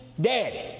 daddy